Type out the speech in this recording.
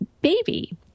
baby